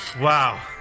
Wow